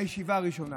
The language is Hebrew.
הישיבה הראשונה,